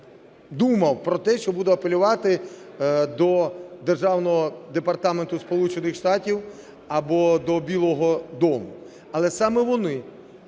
думав, що буду апелювати до Державного департаменту Сполучених Штатів або до Білого дому, але саме вони